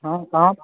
हँ कहाँ पर